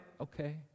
Okay